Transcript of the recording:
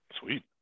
Sweet